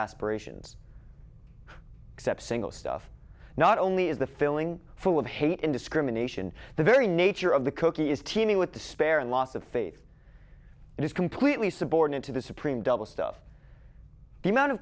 aspirations except single stuff not only is the filling full of hate and discrimination the very nature of the cookie is teeming with despair and loss of faith and is completely subordinate to the supreme double stuff the amount of